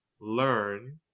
learn